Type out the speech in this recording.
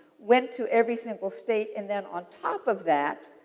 went to every single state. and then, on top of that,